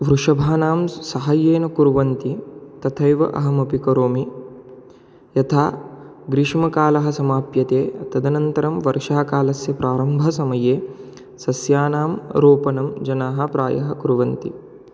वृषभाणां स् सहायेन कुर्वन्ति तथैव अहमपि करोमि यथा ग्रीष्मकालः समाप्यते तदनन्तरं वर्षः कालस्य प्रारम्भसमये सस्यानां रोपणं जनाः प्रायः कुर्वन्ति